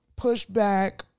pushback